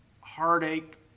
heartache